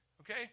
Okay